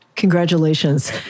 Congratulations